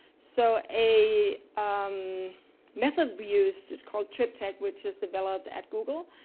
so a method we used is called trip tech, which is developed at google,